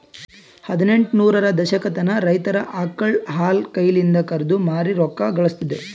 ಹದಿನೆಂಟ ನೂರರ ದಶಕತನ ರೈತರ್ ಆಕಳ್ ಹಾಲ್ ಕೈಲಿಂದೆ ಕರ್ದು ಮಾರಿ ರೊಕ್ಕಾ ಘಳಸ್ತಿದ್ರು